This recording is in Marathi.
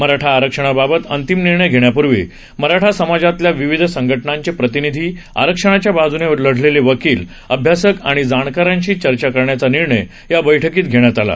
मराठा आरक्षणाबाबत अंतिम निर्णय घेण्यापूर्वी मराठा समाजातील विविध संघटनांचे प्रतिनिधी आरक्षणाच्या बाजूने लढलेले वकील अभ्यासक आणि जाणकारांशी चर्चा करण्याचा निर्णय या बैठकीत घेण्यात आला